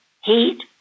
heat